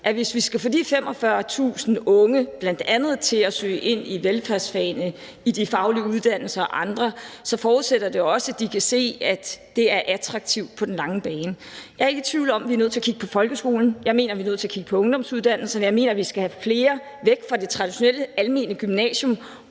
at hvis vi skal få de 45.000 unge til bl.a. at søge ind på velfærdsfagene, på de faglige uddannelser og på andre uddannelser, forudsætter det jo også, at de kan se, at det er attraktivt på den lange bane. Jeg er ikke i tvivl om, at vi er nødt til at kigge på folkeskolen. Jeg mener, at vi er nødt til at kigge på ungdomsuddannelserne. Jeg mener, at vi skal have flere væk fra det traditionelle almene gymnasium